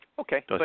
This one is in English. Okay